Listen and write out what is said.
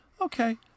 okay